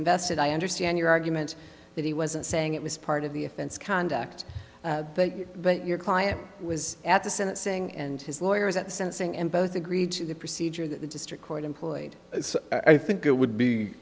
invested i understand your argument that he wasn't saying it was part of the offense conduct but your client was at the sentencing and his lawyers at sensing in both agreed to the procedure that the district court employed so i think it would be